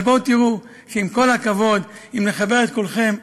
אבל בואו תראו, שעם כל הכבוד, אם נחבר את כולכם,